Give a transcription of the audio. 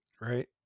Right